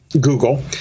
Google